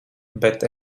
bet